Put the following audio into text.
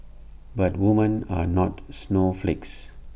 but women are not snowflakes